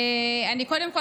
קודם כול,